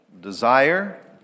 desire